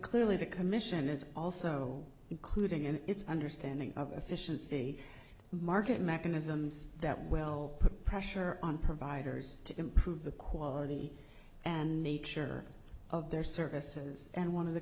clearly the commission is also including in its understanding of efficiency market mechanisms that well the pressure on providers to improve the quality and nature of their services and one of the